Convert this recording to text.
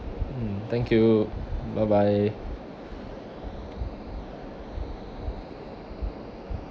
mm thank you bye bye